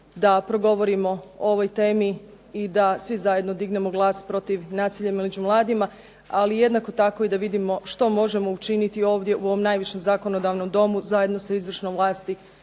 da progovorimo o ovoj temi i da svi zajedno dignemo glas protiv nasilja među mladima, ali jednako tako i da vidimo što možemo učiniti ovdje u ovom najvišem zakonodavnom Domu zajedno sa izvršnom vlasti